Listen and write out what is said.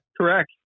Correct